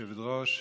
כבוד היושבת-ראש,